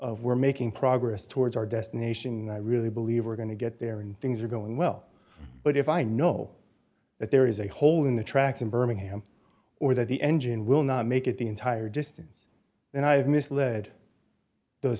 of we're making progress towards our destination i really believe we're going to get there and things are going well but if i know that there is a hole in the tracks in birmingham or that the engine will not make it the entire distance then i have misled those